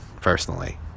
personally